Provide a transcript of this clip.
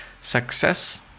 success